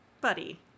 buddy